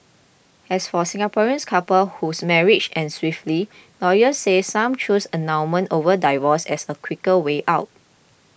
as for Singaporeans couples whose marriages end swiftly lawyers said some choose annulment over divorce as a quicker way out